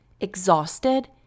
exhausted